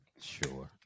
sure